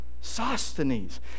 Sosthenes